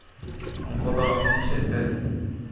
ᱩᱱᱠᱩ ᱫᱚ ᱢᱤᱫ ᱥᱮᱫ ᱛᱮ